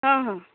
हां हां